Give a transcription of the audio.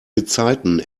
gezeiten